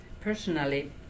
Personally